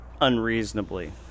unreasonably